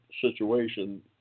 situation